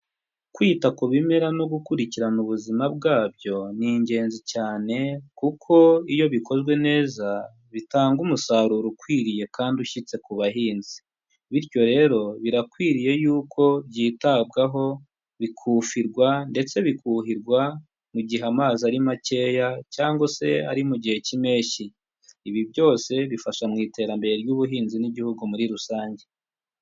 Kwita ku bimera no gukurikirana ubuzima bwabyo ni ingenzi cyane kuko iyo bikozwe neza, bitanga umusaruro ukwiriye kandi ushyitse ku bahinzi, bityo rero birakwiriye yuko byitabwaho, bikufirwa ndetse bikuhirwa mu gihe amazi ari makeya cyangwa se ari mu gihe cy'impeshyi, ibi byose bifasha mu iterambere ry'ubuhinzi n'igihugu muri rusange.